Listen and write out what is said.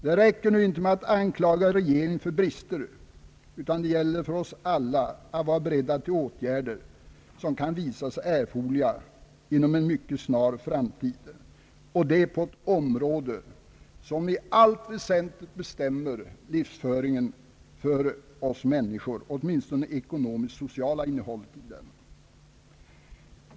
Det räcker nu inte med att anklaga regeringen för brister, utan det gäller för oss alla att vara beredda till åtgärder som kan visa sig erforderliga inom en mycket snar framtid på ett område som i allt väsentligt bestämmer livsföringen för oss människor, åtminstone dess ekonomiskt-sociala innehåll.